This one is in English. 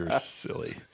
silly